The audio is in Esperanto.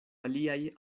aliaj